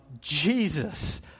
Jesus